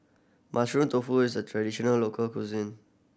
Mushroom Tofu is a traditional local cuisine